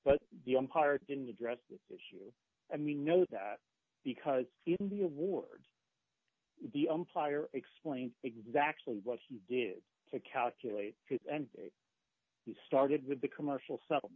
but the umpire didn't address this issue and we know that because even the award the umpire explains exactly what he did to calculate it and he started with the commercial s